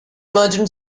imagine